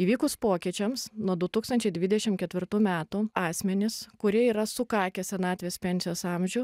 įvykus pokyčiams nuo du tūkstančiai dvidešim ketvirtų metų asmenys kurie yra sukakę senatvės pensijos amžių